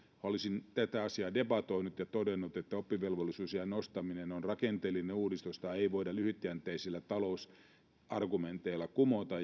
olisin tätä asiaa debatoinut ja todennut että oppivelvollisuusiän nostaminen on rakenteellinen uudistus jota ei voida lyhytjänteisillä talousargumenteilla kumota